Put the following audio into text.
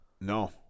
No